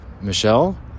Michelle